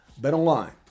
BetOnline